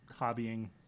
hobbying